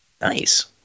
Nice